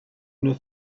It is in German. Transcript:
nur